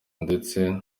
ndetse